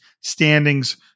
standings